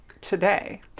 today